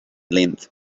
length